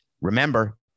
Remember